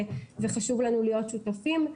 וחשוב לנו להיות שותפים.